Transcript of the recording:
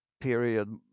period